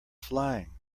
flying